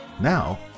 Now